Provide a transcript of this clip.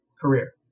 career